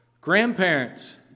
grandparents